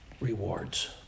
rewards